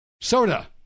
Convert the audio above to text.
soda